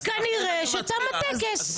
אז כנראה שתם הטקס.